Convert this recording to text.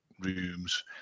rooms